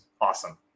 awesome